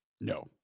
No